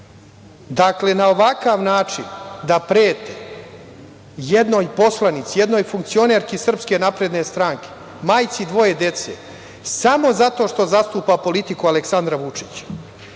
Dakle, na ovakav način da prete jednoj poslanici, jednoj funkcionerki SNS, majci dvoje dece, samo zato što zastupa politiku Aleksandra